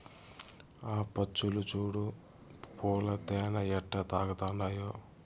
ఆ పచ్చులు చూడు పూల తేనె ఎట్టా తాగతండాయో